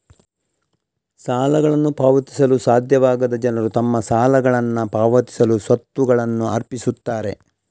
ಸಾಲಗಳನ್ನು ಪಾವತಿಸಲು ಸಾಧ್ಯವಾಗದ ಜನರು ತಮ್ಮ ಸಾಲಗಳನ್ನ ಪಾವತಿಸಲು ಸ್ವತ್ತುಗಳನ್ನ ಅರ್ಪಿಸುತ್ತಾರೆ